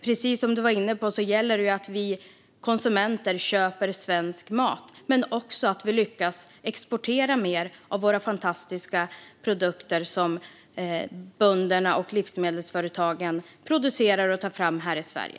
Precis som du var inne på gäller det att vi konsumenter köper svensk mat men också att vi lyckas exportera mer av våra fantastiska produkter som bönderna och livsmedelsföretagen producerar här i Sverige.